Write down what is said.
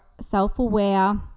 self-aware